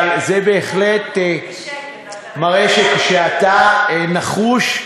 אבל זה בהחלט מראה שכשאתה נחוש,